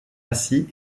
assis